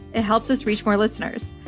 it helps us reach more listeners.